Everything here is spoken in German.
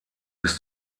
bis